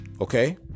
okay